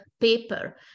paper